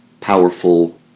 powerful